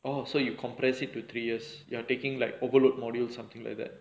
oh so you compress it two three years you're taking like overload modules something like that